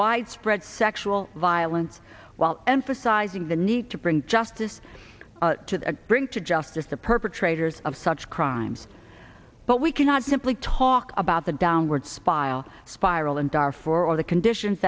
widespread sexual violence while emphasizing the need to bring justice to bring to justice the perpetrators of such crimes but we cannot simply talk about the downward spiral spiral in darfur or the conditions